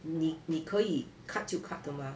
你你可以 cut 就 cut 的嘛